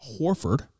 Horford